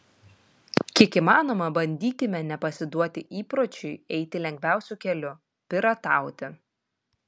kiek įmanoma bandykime nepasiduoti įpročiui eiti lengviausiu keliu piratauti